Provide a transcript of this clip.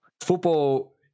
football